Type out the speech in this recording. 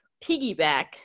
piggyback